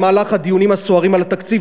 במהלך הדיונים הסוערים על התקציב,